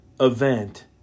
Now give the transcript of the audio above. event